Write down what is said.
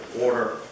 order